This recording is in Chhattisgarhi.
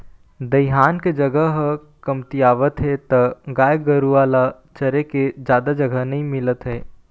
दइहान के जघा ह कमतियावत हे त गाय गरूवा ल चरे के जादा जघा नइ मिलत हे